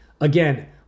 Again